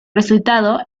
resultado